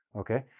okay?